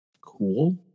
cool